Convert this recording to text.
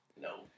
No